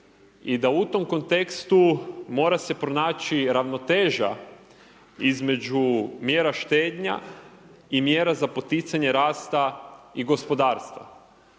i da u tom kontekstu mora se pronaći ravnoteža između mjera štednja i mjera za poticanje rasta i gospodarstva.